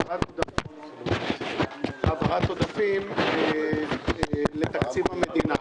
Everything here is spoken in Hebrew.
העברת עודפים לתקציב המדינה.